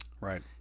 Right